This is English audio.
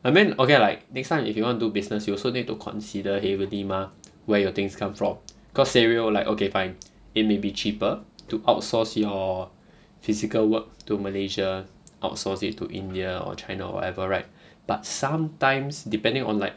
I mean okay like next time if you want to do business you also need to consider heavily mah where your things come from cause say real like okay fine it may be cheaper to outsource your physical work to malaysia outsource it to india or china or whatever right but sometimes depending on like